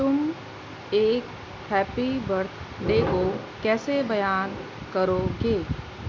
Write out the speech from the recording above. تم ایک happy birthday کو کیسے بیان کرو گے